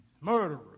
murderers